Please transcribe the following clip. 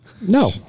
No